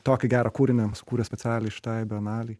tokį gerą kūrinį sukūrė specialiai šitai bienalei